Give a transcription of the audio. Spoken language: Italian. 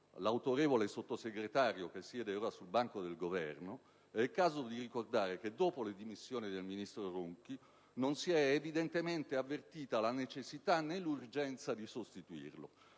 all'autorevole Sottosegretario che siede ora sul banco del Governo, è il caso di ricordare che dopo le dimissioni del ministro Ronchi non si è evidentemente avvertita la necessità né l'urgenza di sostituirlo.